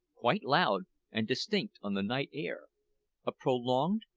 quite loud and distinct on the night air a prolonged,